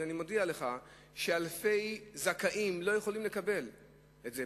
אני מודיע לך שאלפי זכאים לא יכולים לקבל את זה.